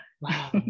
wow